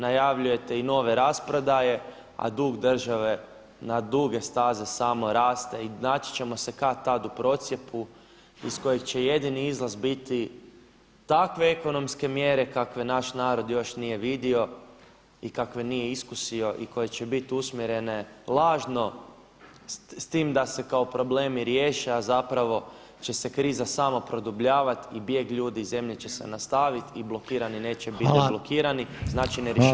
Najavljujete i nove rasprodaje, a dug države na duge staze samo raste i naći ćemo se kad-tad u procjepu iz kojeg će jedini izlaz biti takve ekonomske mjere kakve naš narod još nije vidio i kakve nije iskusio i koje će bit usmjerene lažno s tim da se kao problemi riješe, a zapravo će se kriza samo produbljavati i bijeg ljudi iz zemlje će se nastaviti i blokirani neće biti blokirani [[Upadica Reiner: Hvala.]] Znači ne rješava se ništa.